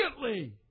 immediately